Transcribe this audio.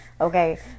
okay